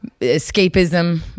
escapism